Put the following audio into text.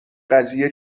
قضیه